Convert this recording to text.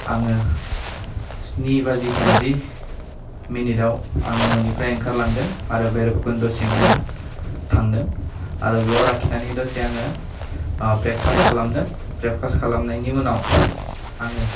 आङो स्नि बाजि थामजि मिनिटाव आङो न'निफ्राय ओंखारलांदों आरो भैरबकुन्ड'सिम आङो थांदों आरो बेयाव राखिनानै दसे आङो आह ब्रेकफास्ट खालामदों ब्रेकफास्ट खालामनायनि उनाव आङो